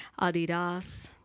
Adidas